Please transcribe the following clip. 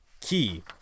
key